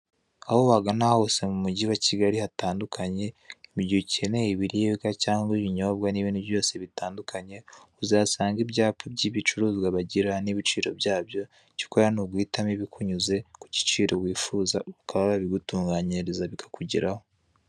Aho wagana hose mu mujyi wa kigali hatandukanye mu gihe ucyeneye ibiribwa cyangwa ibinyobwa n'ibindi bose bitandukanye uzahasanga ibyapa by'ibicuruza bagira n'ibiciro byabyo icyo ukora n'uguhitamo ibikunyuze k'igibiciro wifuza bakaba babigutunganyiriza bikakujyeraho.